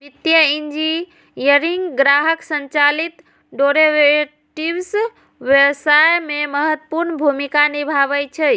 वित्तीय इंजीनियरिंग ग्राहक संचालित डेरेवेटिव्स व्यवसाय मे महत्वपूर्ण भूमिका निभाबै छै